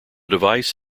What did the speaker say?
device